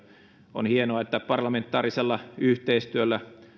on hienoa että parlamentaarisella yhteistyöllä